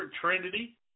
Trinity